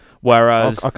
Whereas